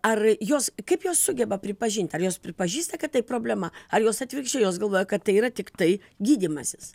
ar jos kaip jos sugeba pripažinti ar jos pripažįsta kad tai problema ar jos atvirkščiai jos galvoja kad tai yra tiktai gydymasis